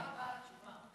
תודה רבה על התשובה.